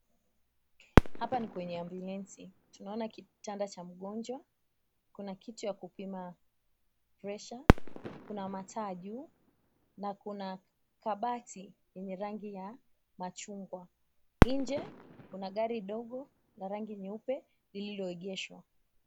Hapa ni kwenye ambulensi. Tunaona kitanda cha mgonjwa, kuna kitu ya kupima presha, kuna mataa juu na kuna kabati yenye rangi ya machungwa. Nje kuna gari dogo la rangi nyeupe lililoegeshwa.